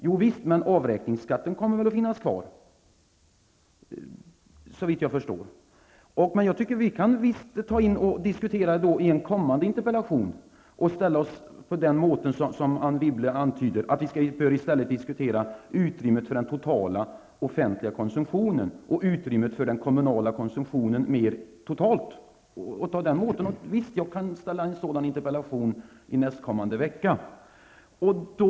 Javisst, men avräkningsskatten kommer att finnas kvar, såvitt jag förstår. Vi kan visst diskutera detta i en kommande interpellation, och vi kan ställa oss bakom det Anne Wibble antydde här, nämligen att vi i stället bör diskutera utrymmet för den totala offentliga konsumtionen och utrymmet för den kommunala konsumtionen totalt. Visst kan jag framställa en ny interpellation i nästkommande vecka.